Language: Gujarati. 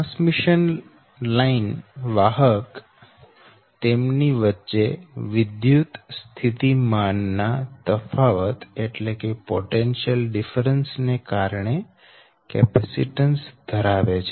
ટ્રાન્સમીશન લાઈન વાહક તેમની વચ્ચે વિદ્યુત સ્થિતિમાન ના તફાવત ને કારણે કેપેસીટન્સ ધરાવે છે